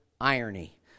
irony